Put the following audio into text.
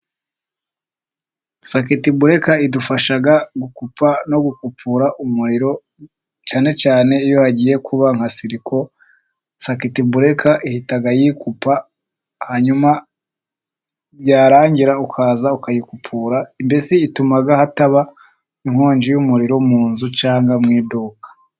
Saketibureka idufasha gukupa no gukupura umuriro cyane cyane iyo hagiye kuba nka siriko, Saketibureka ihita yikupa hanyuma byarangira ukaza ukayikupura, mbese ituma hataba inkongi y'umuriro mu nzu cyangwa mu iduka.